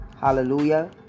hallelujah